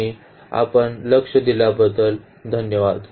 आणि आपण लक्ष दिल्याबद्दल धन्यवाद